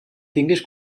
tinguis